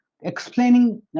Explaining